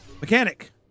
mechanic